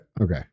Okay